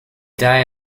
die